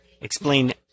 explain